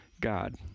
God